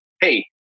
Hey